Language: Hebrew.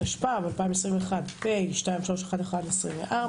התשפ"א-2021 פ/2311/24,